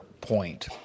point